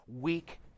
weak